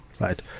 right